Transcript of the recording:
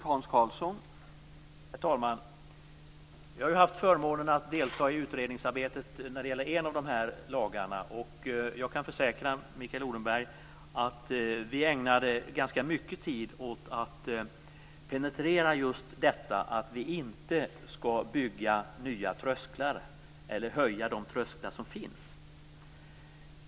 Herr talman! Jag har haft förmånen att delta i utredningsarbetet när det gäller en av dessa lagar. Jag kan försäkra Mikael Odenberg om att vi ägnade ganska mycket tid åt att penetrera just detta; vi skall inte bygga nya trösklar eller höja de trösklar som finns.